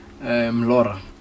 Laura